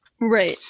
Right